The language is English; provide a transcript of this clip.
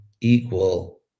equal